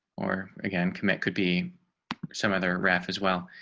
or again, commit could be some other raf as well.